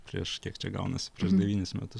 prieš kiek čia gaunasi prieš devynis metus